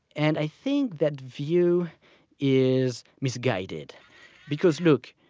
and i think that view is misguided because look,